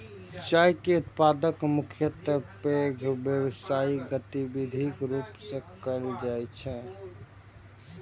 चाय के उत्पादन मुख्यतः पैघ व्यावसायिक गतिविधिक रूप मे कैल जाइ छै